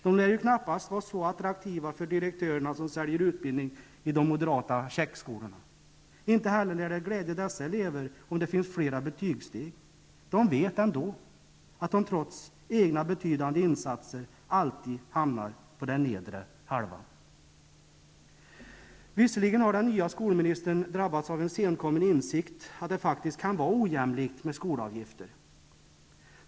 De lär ju knappast vara så attraktiva för direktörerna som säljer utbildning i de moderata checkskolorna. Inte heller lär det glädja dessa elever om det finns flera betygssteg. De vet ändå att de trots egna betydande insatser alltid hamnar på den nedre halvan. Visserligen har den nya skolministern drabbats av en senkommen insikt om att det faktiskt kan vara ojämlikt med skolavgifter.